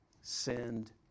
send